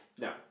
no